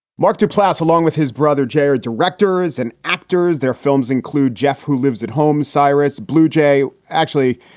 mark duplass, along with his brother jay, are directors and actors, their films include jeff, who lives at home cyrus bluejay. actually,